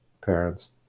parents